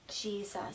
Jesus